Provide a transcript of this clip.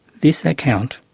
this account,